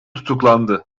tutuklandı